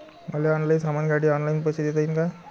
मले ऑनलाईन सामान घ्यासाठी ऑनलाईन पैसे देता येईन का?